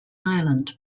ireland